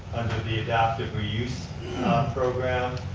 under the adaptive reuse program,